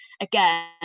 Again